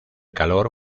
calor